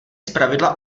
zpravidla